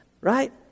right